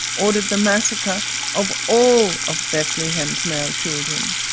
ordered the massacre of all of bethlehem's male children.